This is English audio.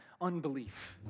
Unbelief